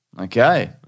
Okay